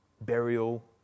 burial